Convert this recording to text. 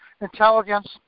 intelligence